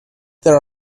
there